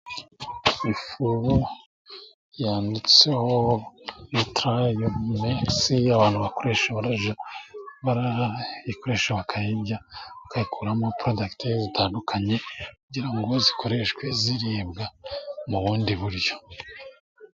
Ifu yanditseho "ilitarayumimekisi" abantu bakoresha, barayikoresha, bakayirya, bakayikuramo porodagite zitandukanye kugira zikoreshwe ziribwa mu bundi buryo.